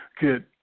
good